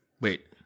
wait